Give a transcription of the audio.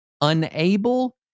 unable